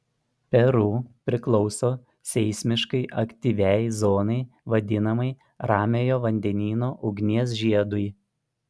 peru priklauso seismiškai aktyviai zonai vadinamai ramiojo vandenyno ugnies žiedui